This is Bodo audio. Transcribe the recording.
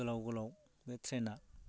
गोलाव गोलाव बे ट्रेनआ